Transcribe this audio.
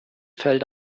fällt